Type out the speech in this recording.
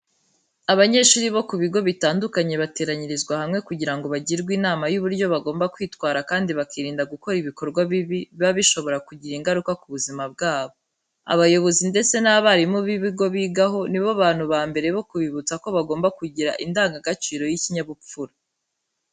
Abanyeshuri bo ku bigo bitandukanye bateranyirizwa hamwe kugira ngo bagirwe inama y'uburyo bagomba kwitwara kandi bakirinda gukora ibikorwa bibi biba bishobora kugira ingaruka ku buzima bwabo. Abayobozi ndetse n'abarimu b'ibigo bigaho ni bo bantu ba mbere bo kubibutsa ko bagomba kugira indangagaciro y'ikinyabupfura.